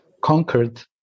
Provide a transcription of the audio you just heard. conquered